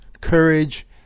courage